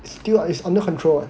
still uh is under control [what]